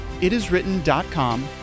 itiswritten.com